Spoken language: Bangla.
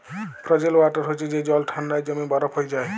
ফ্রজেল ওয়াটার হছে যে জল ঠাল্ডায় জইমে বরফ হঁয়ে যায়